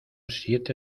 siete